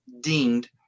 deemed